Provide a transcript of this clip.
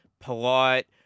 polite